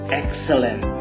excellent